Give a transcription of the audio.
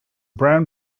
brown